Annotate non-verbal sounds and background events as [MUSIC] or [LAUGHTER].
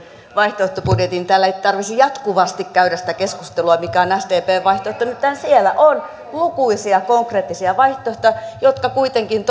vaihtoehtobudjetin niin että täällä ei tarvitsisi jatkuvasti käydä sitä keskustelua mikä on sdpn vaihtoehto nimittäin siellä on lukuisia konkreettisia vaihtoehtoja jotka kuitenkin [UNINTELLIGIBLE]